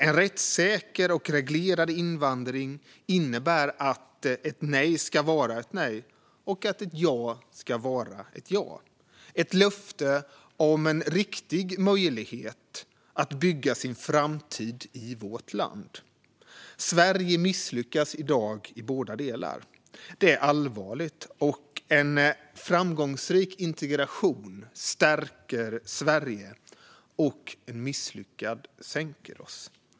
En rättssäker och reglerad invandring innebär att ett nej ska vara ett nej och att ett ja ska vara ett ja - ett löfte om en riktig möjlighet att bygga sin framtid i vårt land. Sverige misslyckas i dag i båda delar. Det är allvarligt. En framgångsrik integration stärker Sverige och en misslyckad sänker oss.